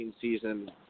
season